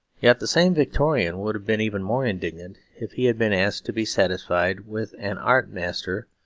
yet the same victorian would have been even more indignant if he had been asked to be satisfied with an art master,